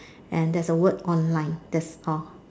and there's a word online that's all